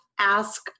ask